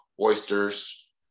oysters